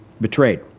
Betrayed